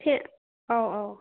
ꯑꯧ ꯑꯧ